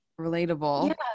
Relatable